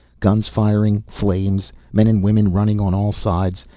guns firing, flames, men and women running on all sides.